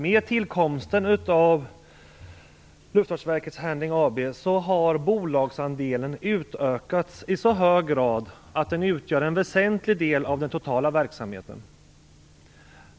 Med tillkomsten av LFV Handling AB har bolagsandelen utökats i så hög grad att den utgör en väsentlig del av den totala verksamheten.